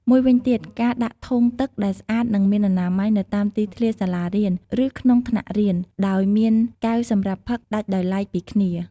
មួយវិញទៀតការដាក់ធុងទឹកដែលស្អាតនិងមានអនាម័យនៅតាមទីធ្លាសាលារៀនឬក្នុងថ្នាក់រៀន ដោយមានកែវសម្រាប់ផឹកដាច់ដោយឡែកពីគ្នា។